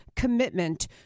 commitment